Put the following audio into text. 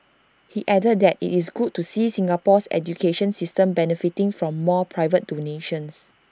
he added that IT is good to see Singapore's education system benefiting from more private donations